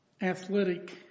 athletic